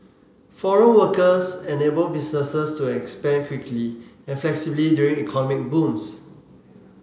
foreign workers enable businesses to expand quickly and flexibly during economic booms